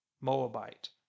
Moabite